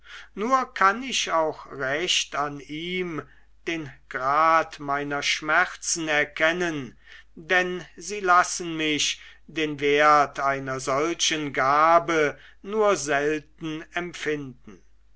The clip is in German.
nur kann ich auch recht an ihm den grad meiner schmerzen erkennen denn sie lassen mich den wert einer solchen gabe nur selten empfinden